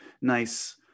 nice